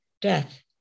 death